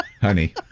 Honey